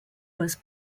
was